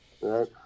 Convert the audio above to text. Right